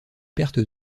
pertes